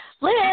Liz